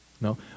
No